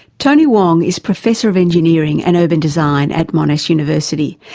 tony wong is professor of engineering and urban design at monash university,